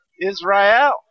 Israel